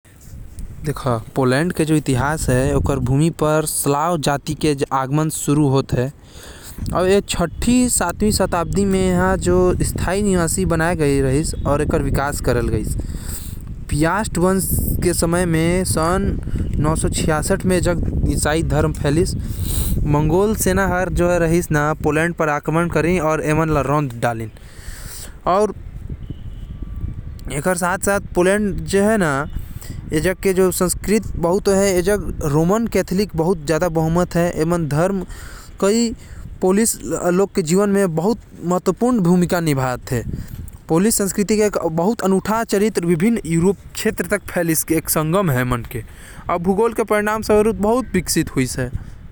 पोलैंड के इतिहास सल्लाओ जाती से शुरू होथे। शन नौ सौ छियासठ म पोलैंड म ईसाई धर्म फैले रहिस। पोलैंड म रोमन कैथोलिक मन के ज्यादा आबादी हवे, जो अपन धर्म के बहुत मानथे।